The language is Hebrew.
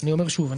אני אומר שוב,